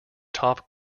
top